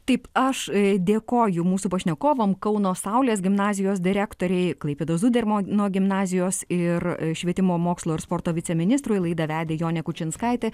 taip aš dėkoju mūsų pašnekovam kauno saulės gimnazijos direktorei klaipėdos zudermano gimnazijos ir švietimo mokslo ir sporto viceministrui laidą vedė jonė kučinskaitė